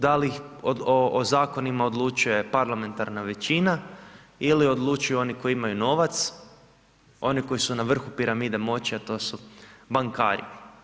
Da li o zakonima odlučuje parlamentarna većina ili odlučuju oni koji imaju novac, oni koji su na vrhu piramide moći, a to su bankari.